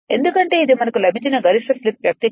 ఎందుకంటే ఇది మనకు లభించిన గరిష్ట స్లిప్ వ్యక్తీకరణ